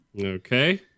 Okay